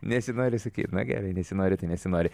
nesinori sakyt na gerai nesinori tai nesinori